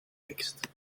tekst